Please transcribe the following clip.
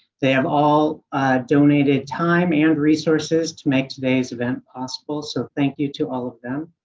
they have all donated time and resources to make today's event possible, so thank you to all of them.